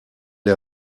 est